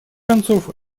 концов